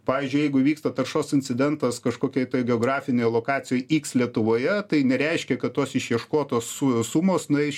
pavyzdžiui jeigu įvyksta taršos incidentas kažkokioj geografinėj lokacijoj iks lietuvoje tai nereiškia kad tos išieškotos sumos nueis